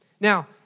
Now